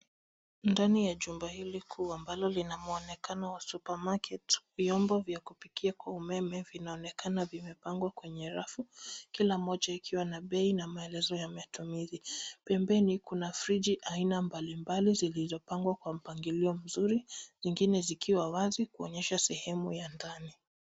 Ndani ya chumba hili kuu ambalo lina mwonekano wa supermarket vyombo vya kupikia kwa umeme vinaonekana vimepangwa kwenye rafu kila moja ikiwa na bei na maelezo ya matumizi. Pembeni kuna friji aina mbalimbali zilizopangwa kwa mpangilio mzuri zingine zikiwa wazi kuonyesha sehemu ya ndani.